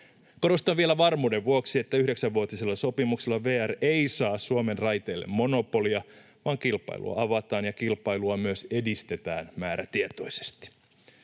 Korostan vielä varmuuden vuoksi, että 9-vuotisella sopimuksella VR ei saa Suomen raiteille monopolia vaan kilpailua avataan ja kilpailua myös edistetään määrätietoisesti.